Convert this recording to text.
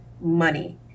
money